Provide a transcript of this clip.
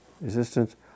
resistance